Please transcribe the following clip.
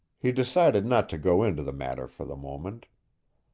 he decided not to go into the matter for the moment.